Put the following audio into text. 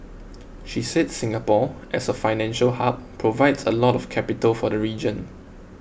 she said Singapore as a financial hub provides a lot of capital for the region